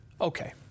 okay